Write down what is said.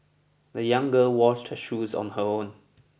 the young girl washed her shoes on her own